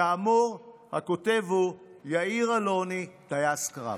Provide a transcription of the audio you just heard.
כאמור, הכותב הוא, יאיר אלוני, טייס קרב.